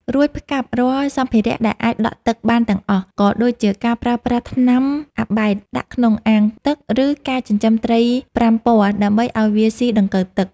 រួចផ្កាប់រាល់សម្ភារៈដែលអាចដក់ទឹកបានទាំងអស់ ក៏ដូចជាការប្រើប្រាស់ថ្នាំអាបែតដាក់ក្នុងអាងទឹក ឬការចិញ្ចឹមត្រីប្រាំពណ៌ដើម្បីឱ្យវាស៊ីដង្កូវទឹក។